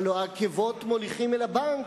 הלוא העקבות מוליכים אל הבנק,